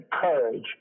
courage